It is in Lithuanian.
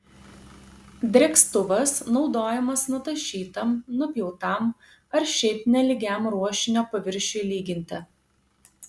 drėkstuvas naudojamas nutašytam nupjautam ar šiaip nelygiam ruošinio paviršiui lyginti